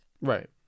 Right